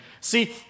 See